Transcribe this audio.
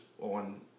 on